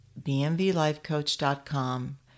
bmvlifecoach.com